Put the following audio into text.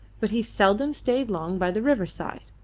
but he seldom stayed long by the riverside.